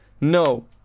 no